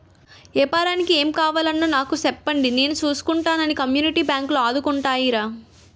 ఏపారానికి ఏం కావాలన్నా నాకు సెప్పండి నేను సూసుకుంటానని కమ్యూనిటీ బాంకులు ఆదుకుంటాయిరా